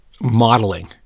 modeling